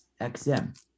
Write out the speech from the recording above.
XM